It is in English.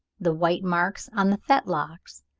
the white marks on the fetlocks,